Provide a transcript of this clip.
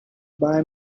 buy